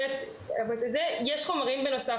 בנוסף,